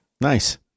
Nice